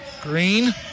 Green